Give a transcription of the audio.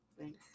Thanks